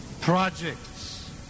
projects